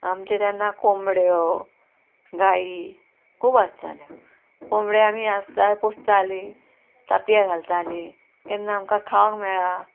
आमचे तेन्ना कोंबड्यो गायी खूब आसताल्यो कोंबड्यो आमी आसता पोंसतालीं तांतयां घालतालीं केन्ना आमकां खावंक मेळ्ळा